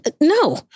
no